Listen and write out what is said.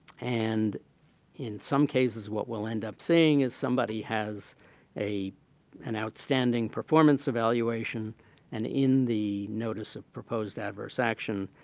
and in some cases, what we'll end up saying is somebody has a an outstanding performance evaluation and in the notice of proposed adverse action,